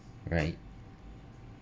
right